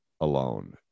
alone